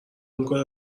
میکنه